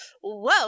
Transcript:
whoa